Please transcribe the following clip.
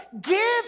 give